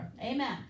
Amen